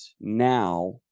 now